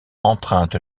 emprunte